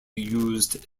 used